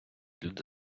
люди